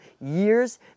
years